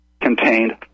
contained